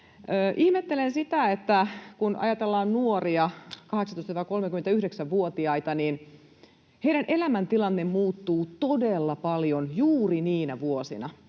olemaan vaikutusta. Kun ajatellaan nuoria, 18—39-vuotiaita, niin heidän elämäntilanteensa muuttuvat todella paljon juuri niinä vuosina.